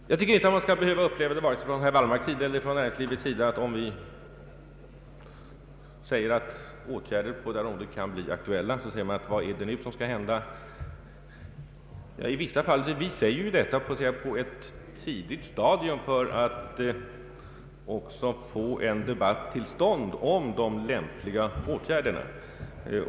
Jag tycker inte att det finns anledning vare sig från herr Wallmarks sida eller från näringslivets sida att — om vi säger att åtgärder kan bli aktuella på detta område — fråga vad som nu skall hända. Vi säger detta på ett tidigt stadium för att få till stånd en debatt om de lämpliga åtgärderna.